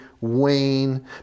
wane